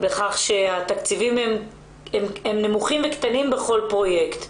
בכך שהתקציבים הם נמוכים וקטנים בכל פרויקט,